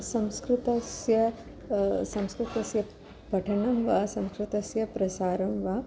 संस्कृतस्य संस्कृतस्य पठनं वा संस्कृतस्य प्रसारं वा